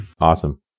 Awesome